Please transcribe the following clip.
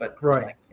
Right